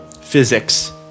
physics